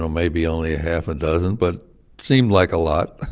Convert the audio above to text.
maybe only half a dozen, but seemed like a lot.